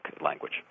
language